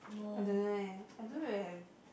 I don't know eh I don't really have